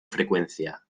frecuencia